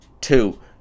two